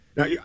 Now